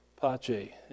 Pache